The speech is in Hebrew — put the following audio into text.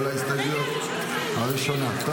תתחיל מהראשונה.